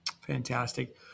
Fantastic